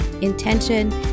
intention